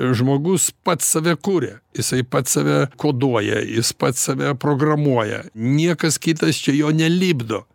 žmogus pats save kuria jisai pats save koduoja jis pats save programuoja niekas kitas čia jo nelipdo